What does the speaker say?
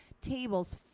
tables